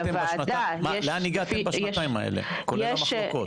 לאן הגעתם בשנתיים האלה כולל המחלוקות?